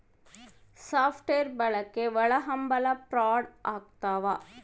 soft wear ಬಳಕೆ ಒಳಹಂಭಲ fraud ಆಗ್ತವ